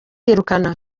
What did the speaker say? yirukana